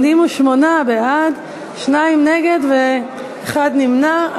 88 בעד, שניים נגד ואחד נמנע.